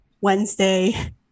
Wednesday